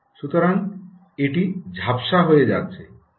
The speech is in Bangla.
সুতরাং এটি ঝাপসা হয়ে যাচ্ছে